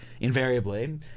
invariably